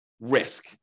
risk